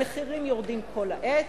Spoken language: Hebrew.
המחירים יורדים כל העת,